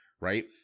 right